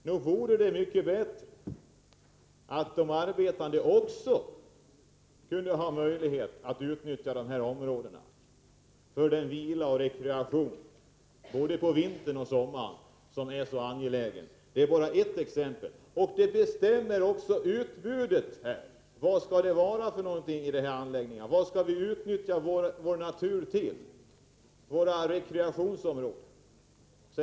Nog vore det mycket bättre om de arbetande också hade möjlighet att utnyttja dessa områden för den vila och rekreation — både på vintern och på sommaren — som är så angelägen. — Detta är bara ett exempel. Det här bestämmer också utbudet. Vad skall det finnas för någonting i de här anläggningarna? Vad skall vi utnyttja vår natur, våra rekreationsområden, till?